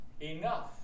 Enough